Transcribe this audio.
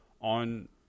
on